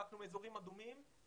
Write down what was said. התרחקנו מאזורים אדומים,